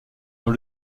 dans